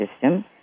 system